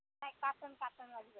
नाही वाली पाहिजे